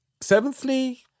Seventhly